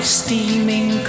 steaming